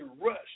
rush